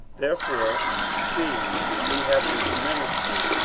therefore seeing we have this ministry,